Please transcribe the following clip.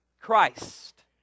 Christ